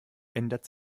ändert